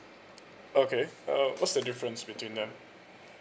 okay uh what's the difference between them